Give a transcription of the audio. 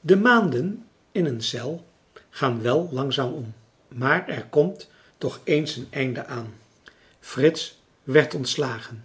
de maanden in een cel gaan wel langzaam om maar er komt toch eens een einde aan frits werd ontslagen